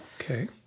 Okay